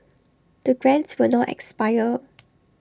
the grants will not expire